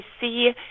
see